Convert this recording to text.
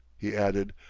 he added,